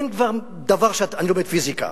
אני לומד פיזיקה,